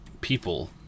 people